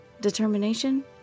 Determination